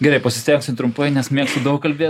gerai pasistengsiu trumpai nes mėgstu daug kalbėt